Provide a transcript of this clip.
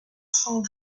cent